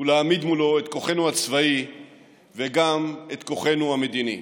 ולהעמיד מולו את כוחנו הצבאי וגם את כוחנו המדיני.